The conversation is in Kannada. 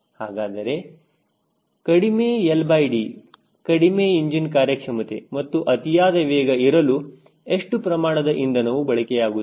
ಹಾಗಾದರೆ ಕಡಿಮೆ LD ಕಡಿಮೆ ಇಂಜಿನ್ ಕಾರ್ಯಕ್ಷಮತೆ ಮತ್ತು ಅತಿಯಾದ ವೇಗ ಇರಲು ಎಷ್ಟು ಪ್ರಮಾಣದ ಇಂಧನವು ಬಳಕೆಯಾಗುತ್ತದೆ